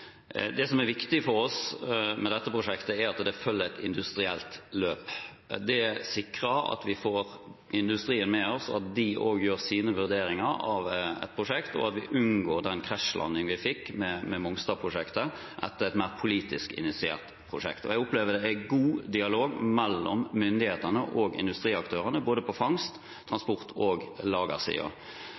Det som er viktig for oss med dette prosjektet, er at det følger et industrielt løp. Det sikrer at vi får industrien med oss, at de også gjør sine vurderinger av et prosjekt, og at vi unngår den krasjlandingen vi fikk med Mongstad-prosjektet, et mer politisk initiert prosjekt. Jeg opplever at det er god dialog mellom myndighetene og industriaktørene på både fangst-, transport- og